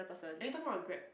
are you talking about Grab